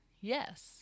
yes